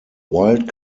wild